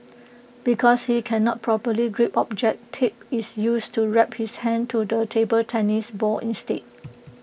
because he cannot properly grip objects tape is used to wrap his hand to the table tennis bat instead